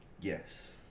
Yes